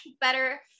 better